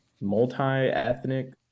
multi-ethnic